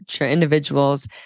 individuals